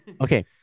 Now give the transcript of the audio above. Okay